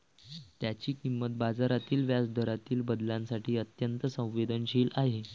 त्याची किंमत बाजारातील व्याजदरातील बदलांसाठी अत्यंत संवेदनशील आहे